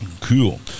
Cool